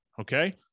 Okay